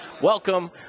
Welcome